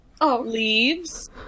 leaves